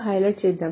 highlight చేద్దాం